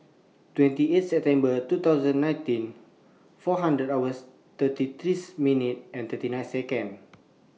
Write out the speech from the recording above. twenty eight September two thousand nineteen four hundred hours thirty threes minute and thirty nine Second